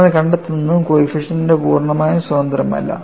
നമ്മൾ കണ്ടെത്തുന്നതും കോയിഫിഷ്ൻറെ പൂർണ്ണമായും സ്വതന്ത്രമല്ല